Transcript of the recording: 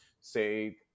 say